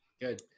Good